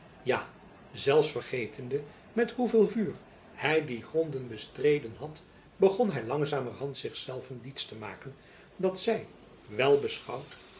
ja zelfs vergetende met hoeveel vuur hy die gronden bestreden had begon hy langzamerhand zich zelven jacob van lennep elizabeth musch diets te maken dat zy wel beschouwd